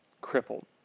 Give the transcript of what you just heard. crippled